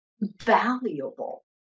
valuable